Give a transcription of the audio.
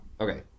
Okay